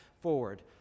forward